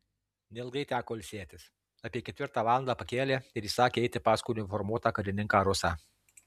neilgai teko ilsėtis apie ketvirtą valandą pakėlė ir įsakė eiti paskui uniformuotą karininką rusą